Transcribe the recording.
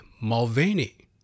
Mulvaney